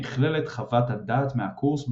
נכללת חוות הדעת מהקורס בבקשה.